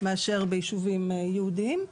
וערבים מאשר ביישובים יהודיים,